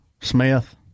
Smith